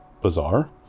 bizarre